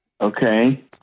Okay